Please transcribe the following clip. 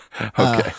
Okay